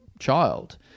child